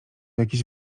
jakiś